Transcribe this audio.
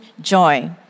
joy